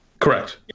Correct